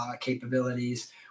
capabilities